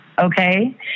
okay